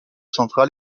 centrale